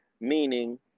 meaning